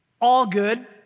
all-good